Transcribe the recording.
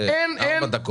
עוד הערה